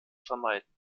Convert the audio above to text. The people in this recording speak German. vermeiden